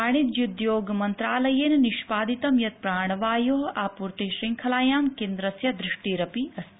वाणिज्य उद्योगमन्त्रालयेन निष्पादित यत् प्राणवयोः आपूर्ति शृंखलायां केन्द्रस्य दृष्टिरपि अस्ति